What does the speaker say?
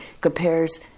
compares